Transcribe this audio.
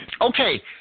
okay